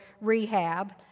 rehab